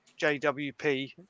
JWP